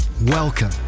Welcome